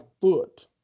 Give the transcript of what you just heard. foot